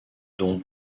dont